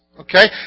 Okay